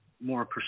more